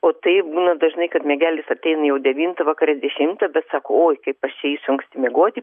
o tai būna dažnai kad miegelis ateina jau devintą vakare dešimtą bet sako oi kaip aš eisiu anksti miegoti